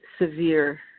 severe